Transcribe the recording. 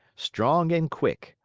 strong and quick,